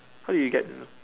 how do you get to